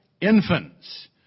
infants